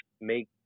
make